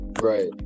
right